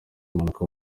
impanuka